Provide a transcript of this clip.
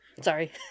Sorry